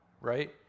right